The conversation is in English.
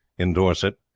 in dorset.